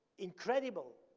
incredible.